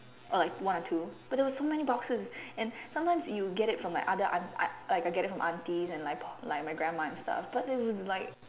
or like one or two but there were so many boxes and sometimes you get it from like other aunt like I get it from aunties and like my grandma and stuff but it was like